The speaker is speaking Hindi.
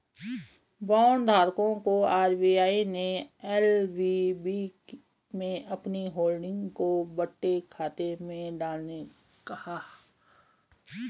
बांड धारकों को आर.बी.आई ने एल.वी.बी में अपनी होल्डिंग को बट्टे खाते में डालने कहा